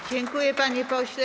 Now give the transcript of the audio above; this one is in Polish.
Dziękuję, panie pośle.